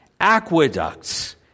aqueducts